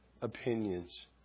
opinions